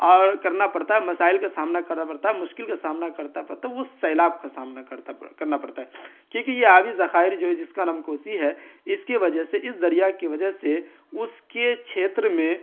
کرنا پڑتا ہے مسائل کا سامنا کرنا پڑتا ہے مشکل کا سامنا کرنا پڑتا تو وہ سیلاب کا سامنا کرنا کرنا پڑتا ہے کیونکہ یہ آبی ذخائر جو ہے جس کا نام کوسی ہے اس کی وجہ سے اس دریا کی وجہ سے اس کے چھیتر میں